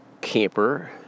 camper